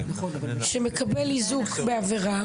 שמקבל איזוק בעבירה,